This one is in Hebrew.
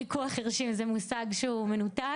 ויכוח חירשים זה מושג שהוא מנותק.